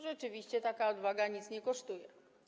Rzeczywiście taka odwaga nic nie kosztuje.